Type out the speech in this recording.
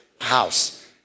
house